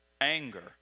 anger